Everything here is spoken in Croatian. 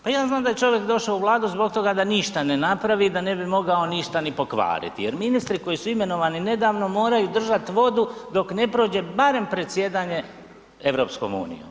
Pa ja znam da je čovjek došao u Vladu zbog toga da ništa ne napravi da ne mogao ništa ni pokvariti jer ministri koji su imenovani nedavno, moraju držati vodu dok ne prođe barem predsjedanje EU-om.